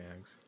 eggs